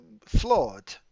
flawed